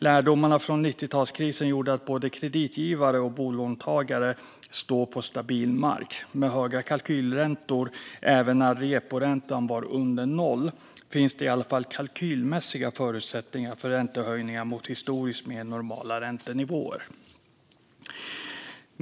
Lärdomarna från 90-talskrisen har gjort att både kreditgivare och bolåntagare står på stabil mark. Med höga kalkylräntor även när reporäntan var under noll finns det i alla fall kalkylmässiga förutsättningar för räntehöjningar mot historiskt sett mer normala räntenivåer.